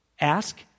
Ask